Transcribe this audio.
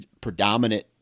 predominant